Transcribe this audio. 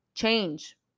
change